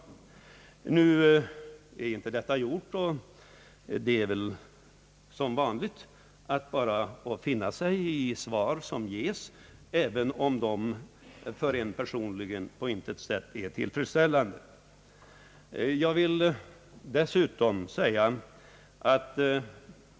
Nu har han inte sagt någonting annat; och det är väl som vanligt bara att finna sig i svar som ges, även om man personligen på intet sätt finner dem tillfredsställande.